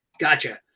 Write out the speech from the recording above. gotcha